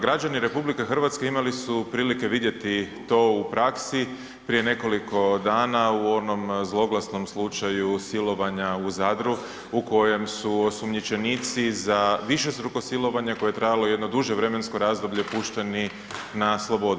Građani RH imali su prilike vidjeti to u praksi, prije nekoliko dana u onom zloglasnom slučaju silovanja u Zadru u kojem su osumnjičenici za višestruko silovanje koje je trajalo jedno duže vremensko razdoblje pušteni na slobodu.